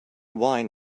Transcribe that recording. wine